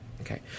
Okay